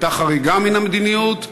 הייתה חריגה מן המדיניות,